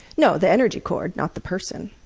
no, the energy cord, not the person.